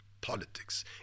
Politics